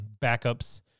backups